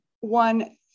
one